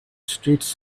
streets